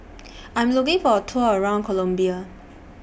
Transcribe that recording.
I'm looking For A Tour around Colombia